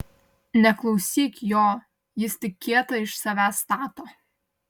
neklausyk jo jis tik kietą iš savęs stato